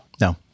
No